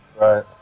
Right